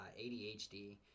ADHD